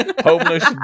homeless